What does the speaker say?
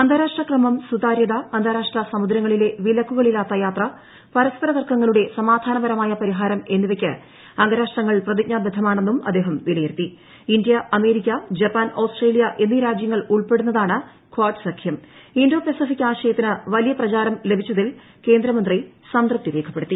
അന്താരാഷ്ട്ര ക്രമം സുതാര്യത അന്താരാഷ്ട്ര സമുദ്രങ്ങളിലെ വിലക്കുകളില്ലാത്ത യാത്ര പരസ്പര തർക്കങ്ങളുടെ സമാധാനപരമായ പരിഹാരം എന്നിവയ്ക്ക് അംഗരാഷ്ട്രങ്ങൾ പ്രതിജ്ഞാബദ്ധമാണെന്നും അദ്ദേഹം അമേരിക്ക ജപ്പാൻ ഓസ്ട്രേലിയി എന്നീ രാജ്യങ്ങൾ ഉൾപ്പെടുന്നതാണ് കാഡ് സഖ്യര്ക് ഇന്തോ പസഫിക് ആശയത്തിന് വലിയ പ്രചാരം ലഭിച്ചതിൽ ക്രേന്ദ്രമന്ത്രി സംതൃപ്തി രേഖപ്പെടുത്തി